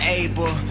able